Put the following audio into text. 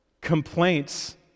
Complaints